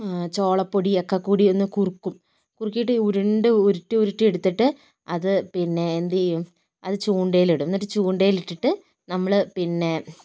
ചോള പൊടി ഒക്കെക്കൂടിയൊന്ന് കുറുക്കും കുറിക്കിയിട്ട് ഉരുണ്ട് ഉരുട്ടി ഉരുട്ടി എടുത്തിട്ട് അത് പിന്നെ എന്ത് ചെയ്യും അത് ചൂണ്ടയിൽ ഇടും എന്നിട്ട് ചൂണ്ടയിൽ ഇട്ടിട്ട് നമ്മൾ പിന്നെ